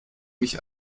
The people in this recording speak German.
mich